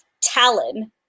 talon